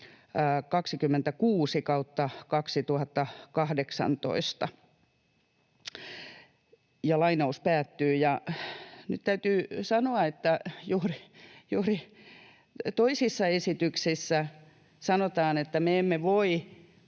26/2018).” Nyt täytyy sanoa, että juuri toisissa esityksissä sanotaan, että me emme voi,